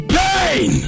pain